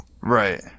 Right